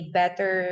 better